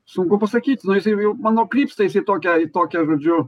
sunku pasakyt nu jisai jau manau krypsta jis į tokią į tokią žodžiu